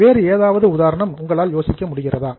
வேறு ஏதாவது உதாரணம் உங்களால் யோசிக்க முடிகிறதா